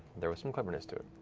there was some cleverness to it.